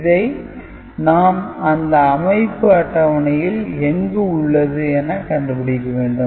இதை நாம் அந்த அமைப்பு அட்டவணையில் எங்கு உள்ளது என கண்டுபிடிக்க வேண்டும்